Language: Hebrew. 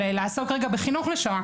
גיל, בהסכם כתוב משהו אחר.